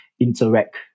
interact